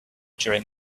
during